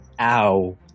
Ow